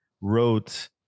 wrote